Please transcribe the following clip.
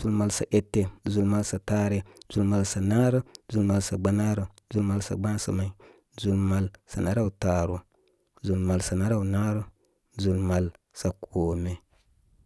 ʒùu̍ sa taare, ʒiu mal sa narək, ʒùu̍ mal sa gbanaarə, ʒùu̍ mal sa gbasa may, ʒùu̍ mal sa naraw taanu, ʒùu̍ mal sa naraw naarək, ʒùu̍ mal sa kome.